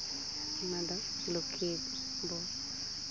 ᱚᱱᱟᱫᱚ ᱞᱩᱠᱠᱷᱤ ᱵᱚ